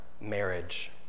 marriage